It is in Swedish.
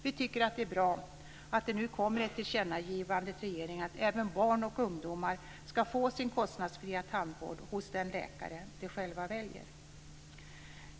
Vi tycker att det är bra att det nu kommer ett tillkännagivande till regeringen om att även barn och ungdomar ska få sin kostnadsfria tandvård hos den läkare de själva väljer.